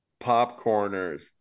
popcorners